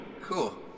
Cool